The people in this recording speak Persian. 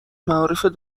معارف